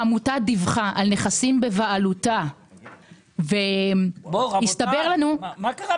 העמותה דיווחה על נכסים בבעלותה אבל נוכחנו לראות שהנכסים